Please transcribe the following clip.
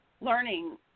learning